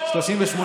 ובכן,